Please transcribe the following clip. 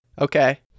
Okay